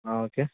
ആ ഓക്കെ